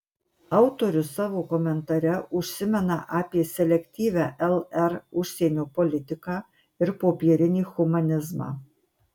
autorius savo komentare užsimena apie selektyvią lr užsienio politiką ir popierinį humanizmą